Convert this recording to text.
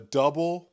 double